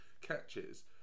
catches